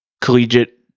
collegiate